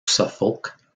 suffolk